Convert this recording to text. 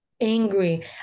angry